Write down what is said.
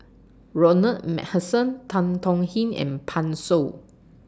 Ronald MacPherson Tan Tong Hye and Pan Shou